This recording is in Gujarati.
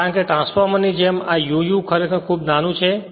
કારણ કે ટ્રાન્સફોર્મરની જેમ આ uu ખરેખર ખૂબ નાનું છે